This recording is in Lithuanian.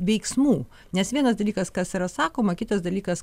veiksmų nes vienas dalykas kas yra sakoma kitas dalykas